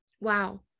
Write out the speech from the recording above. wow